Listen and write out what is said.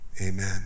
amen